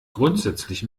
grundsätzlich